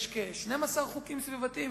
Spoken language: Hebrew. יש כ-12 חוקים סביבתיים,